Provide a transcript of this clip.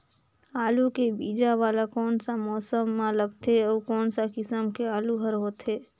आलू के बीजा वाला कोन सा मौसम म लगथे अउ कोन सा किसम के आलू हर होथे?